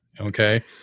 Okay